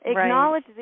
Acknowledge